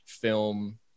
film